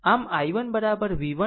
આમ i1 v1 v3 ભાગ્યા 0